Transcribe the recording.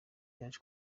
yaje